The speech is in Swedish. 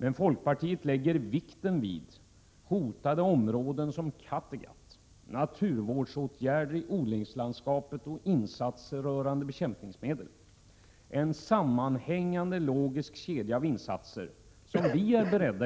Men folkpartiet lägger vikt vid hotade områden som Kattegatt, naturvårdsåtgärder i odlingslandskapet och insatser rörande bekämpningsmedel — en sammanhängande logisk kedja av insatser som vi